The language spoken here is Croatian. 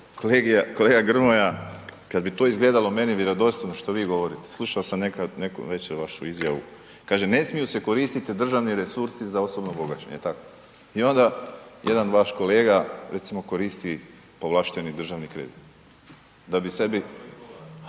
Kolega Grmoja, kad bi to izgledalo meni vjerodostojno što vi govorite, slušao sam neku večer vašu izjavu, kaže ne smiju koristiti državni resursi za osobno bogaćenje, jel tako, i onda jedan vaš kolega recimo koristi povlašteni državni kredit da bi sebi